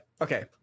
okay